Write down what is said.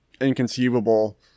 Inconceivable